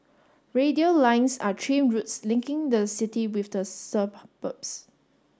radial lines are train routes linking the city with the